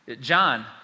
John